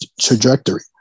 trajectory